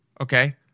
Okay